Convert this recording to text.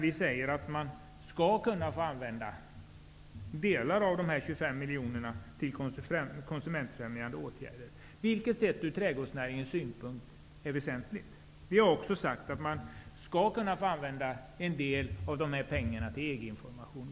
Vi säger att man skall kunna få använda delar av de 25 miljoner kronorna till konsumentfrämjande åtgärder, vilket sett från trädgårdsnäringens synpunkt är väsentligt. Vi har också sagt att man skall kunna få använda en del av pengarna till EG information.